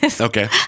Okay